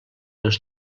les